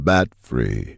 Bat-Free